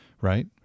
Right